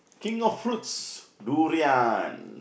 think of fruits durian